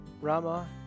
Rama